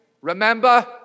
Remember